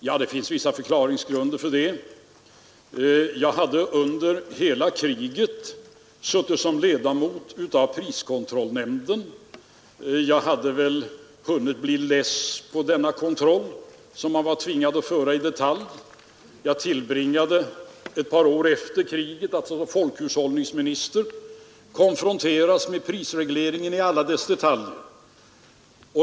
Ja, det finns vissa förklaringsgrunder för detta. Jag hade under hela kriget suttit som ledamot av priskontrollnämnden. Jag hade väl hunnit bli ledsen över den kontroll man var tvungen att föra i detalj. Jag tillbringade ett par år efter kriget med att som folkhushållningsminister konfronteras med prisregleringen i alla dess detaljer.